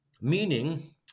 meaning